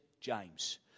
James